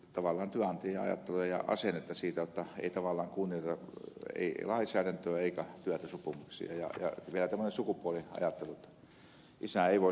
tämä vaan kuvaa semmoista ajattelua työnantajan ajattelua ja asennetta että ei tavallaan kunnioiteta lainsäädäntöä eikä työehtosopimuksia ja vielä tällaista sukupuoliajattelua että isä ei voisi olla lapsen hoitaja